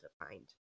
defined